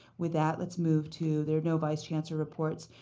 with that let's move to there are no vice chancellor reports.